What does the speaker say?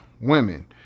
women